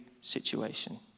situation